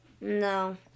No